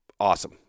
Awesome